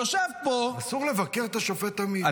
יושב פה --- אסור לבקר את השופט עמית, ואו.